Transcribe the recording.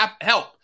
help